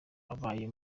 abaye